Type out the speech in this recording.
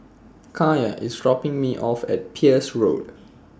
Kaiya IS dropping Me off At Peirce Road